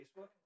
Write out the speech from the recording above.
Facebook